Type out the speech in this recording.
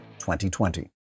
2020